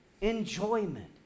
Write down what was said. Enjoyment